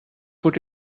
put